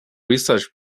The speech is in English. research